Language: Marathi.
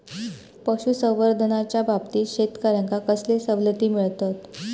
पशुसंवर्धनाच्याबाबतीत शेतकऱ्यांका कसले सवलती मिळतत?